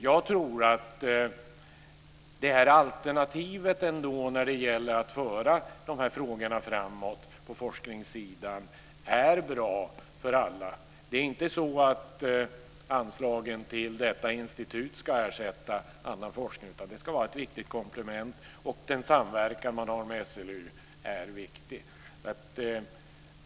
Jag tror ändå att alternativet när det gäller att föra de här frågorna framåt på forskningssidan är bra för alla. Det är inte så att anslagen till detta institut ska ersätta annan forskning utan det ska vara ett viktigt komplement, och den samverkan man har med SLU är viktig.